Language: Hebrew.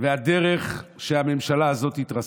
והדרך לכך שהממשלה הזאת התרסקה.